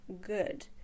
good